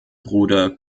bruder